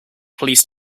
police